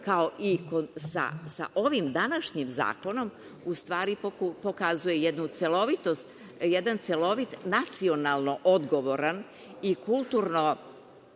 kao i sa ovim današnjim zakonom, u stvari pokazuje jednu celovitost, jedan celovit nacionalno odgovoran i na